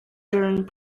during